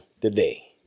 today